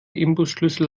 imbusschlüssel